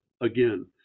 again